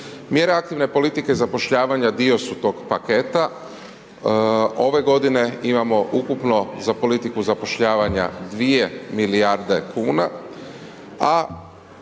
Mjere aktivne politike zapošljavanja dio su tog paketa. Ove godine imamo ukupno za politiku zapošljavanja 2 milijarde kuna,